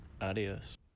Adios